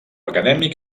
acadèmic